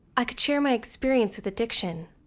i could share my experience with addiction.